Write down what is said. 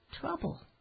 trouble